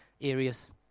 areas